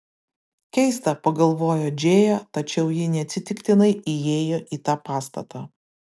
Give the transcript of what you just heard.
keista pagalvojo džėja tačiau ji neatsitiktinai įėjo į tą pastatą